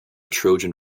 trojan